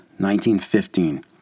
1915